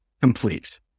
complete